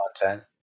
content